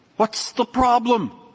what's the problem?